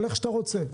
איך שאתה רוצה,